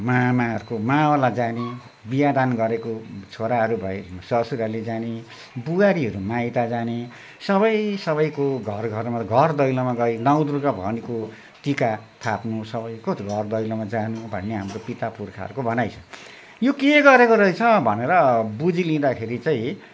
मामाहरूको मावल जाने बियादान गरेको छोराहरू भए ससुराली जाने बुहारीहरू माइत जाने सबै सबैको घर घर घर दैलोमा गई नौ दुर्गा भवानीको टिका थाप्नु सबैको घरदैलोमा जानु भन्ने हाम्रो पितापुर्खाहरूको भनाइ छ यो के गरेको रहेछ भनेर बुझिलिँदाखेरि चाहिँ